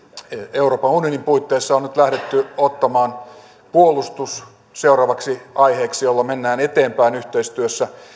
euroopan unionin puitteissa on on nyt lähdetty ottamaan puolustus seuraavaksi aiheeksi jolla mennään eteenpäin yhteistyössä